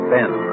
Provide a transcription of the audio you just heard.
Ben